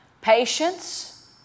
patience